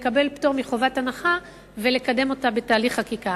לקבל פטור מחובת הנחה ולקדם אותה בתהליך חקיקה.